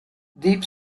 deep